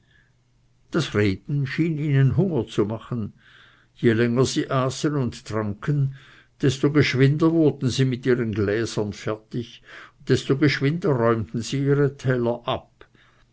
das reden schien ihnen hunger zu machen je länger sie aßen und tranken desto geschwinder wurden sie mit ihren gläsern fertig und desto geschwinder räumten sie ihre teller ab